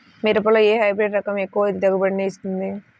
మిరపలో ఏ హైబ్రిడ్ రకం ఎక్కువ దిగుబడిని ఇస్తుంది?